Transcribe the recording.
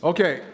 Okay